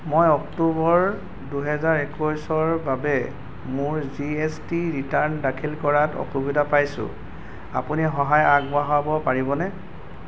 মই অক্টোবৰ দুহেজাৰ একৈছৰ বাবে মোৰ জি এছ টি ৰিটাৰ্ণ দাখিল কৰাত অসুবিধা পাইছোঁ আপুনি সহায় আগবঢ়াব পাৰিবনে